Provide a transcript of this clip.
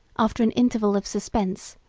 after an interval of suspense,